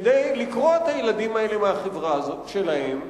כדי לקרוע את הילדים האלה מהחברה שלהם,